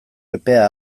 epea